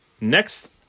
Next